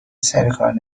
سرکار